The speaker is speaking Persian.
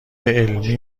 علمی